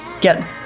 Get